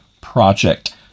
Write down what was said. Project